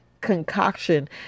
concoction